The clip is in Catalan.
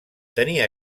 tenia